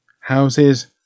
houses